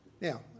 Now